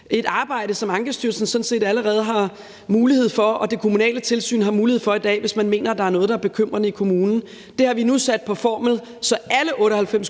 et arbejde, som Ankestyrelsen sådan set allerede har mulighed for og det kommunale tilsyn har mulighed for i dag, hvis man mener, der er noget, der er bekymrende i kommunen. Det har vi nu sat på formel, så alle 98 kommuner